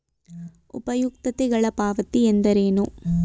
ಉಪಯುಕ್ತತೆಗಳ ಪಾವತಿ ಎಂದರೇನು?